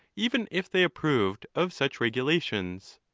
even if they approved of such regulatiolls.